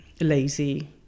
lazy